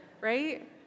right